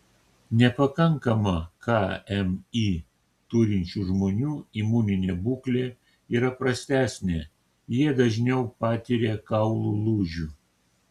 nepakankamą kmi turinčių žmonių imuninė būklė yra prastesnė jie dažniau patiria kaulų lūžių